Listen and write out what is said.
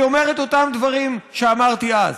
אני אומר את אותם דברים שאמרתי אז.